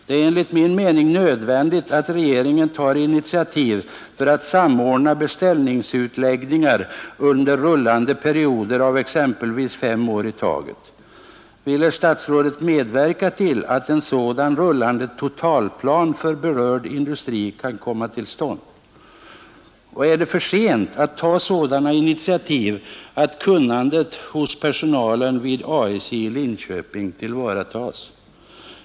Det är enligt min mening nödvändigt att regeringen tar initiativ för att samordna beställningsutläggningar under rullande perioder av exempelvis fem år i taget. Vill herr statsrådet medverka till att en sådan rullande totalplan för berörd industri kan komma till stånd? Och är det nu för sent att ta sådana initiativ att kunnandet hos personalen vid ASJ i Linköping tillvaratas?